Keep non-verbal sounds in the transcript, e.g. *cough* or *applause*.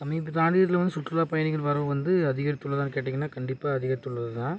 சமீபத்தில் *unintelligible* சுற்றுலா பயணிகள் வரவு வந்து அதிகரித்துள்ளதான்னு கேட்டிங்கனால் கண்டிப்பாக அதிகரித்துள்ளது தான்